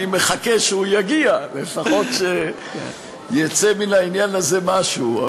אני מחכה שהוא יגיע, לפחות שיצא מהעניין הזה משהו.